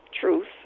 truth